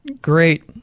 great